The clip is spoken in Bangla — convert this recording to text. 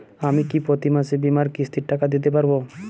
আমি কি প্রতি মাসে বীমার কিস্তির টাকা দিতে পারবো?